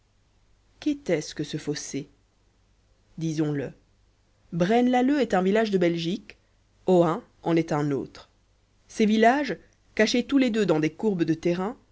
qu'était-ce que ce fossé disons-le braine lalleud est un village de belgique ohain en est un autre ces villages cachés tous les deux dans des courbes de terrain